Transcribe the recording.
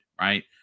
Right